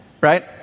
Right